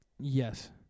Yes